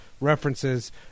references